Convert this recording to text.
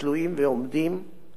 עם שופטים מכהנים,